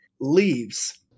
leaves